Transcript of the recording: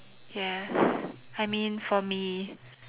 yes I mean for me